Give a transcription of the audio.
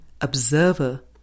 observer